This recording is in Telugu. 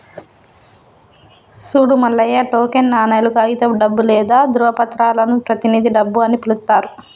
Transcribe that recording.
సూడు మల్లయ్య టోకెన్ నాణేలు, కాగితపు డబ్బు లేదా ధ్రువపత్రాలను ప్రతినిధి డబ్బు అని పిలుత్తారు